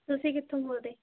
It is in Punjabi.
ਤੁਸੀਂ ਕਿਥੋਂ ਬੋਲਦੇ